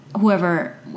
whoever